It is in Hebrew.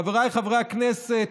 חבריי חברי הכנסת,